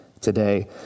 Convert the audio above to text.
today